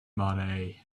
money